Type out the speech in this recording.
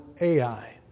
Ai